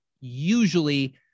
usually